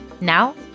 Now